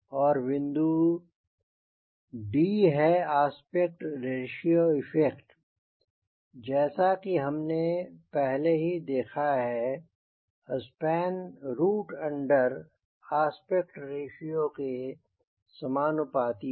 और बिंदु d है आस्पेक्ट रेश्यो इफ़ेक्ट जैसा कि हमने पहले ही देखा है span root under aspect ratio के समानुपाती है